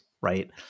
right